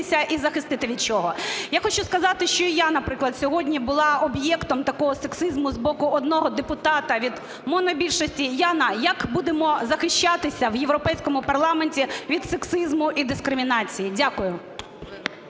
Я хочу сказати, що і я, наприклад, сьогодні була об'єктом такого сексизму з боку одного депутата від монобільшості. Яна, як будемо захищатися в європейському парламенті від сексизму і дискримінації? Дякую.